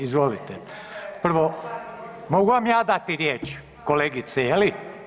Izvolite prvo, mogu vam ja dati riječ kolegice je li?